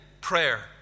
prayer